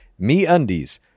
MeUndies